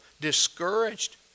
discouraged